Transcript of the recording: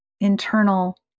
Internal